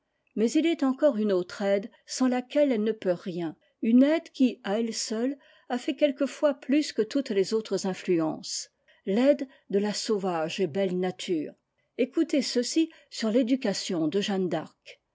mais il est encore une autre aide sans laquelle elle ne peut rien une aide qui à elle seule a fait quelquefois plus que toutes les autres influences l'aide de la sauvage et belle nature écoutez ceci sur l'éducation de jeanne d'arc